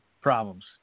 problems